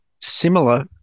similar